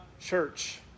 church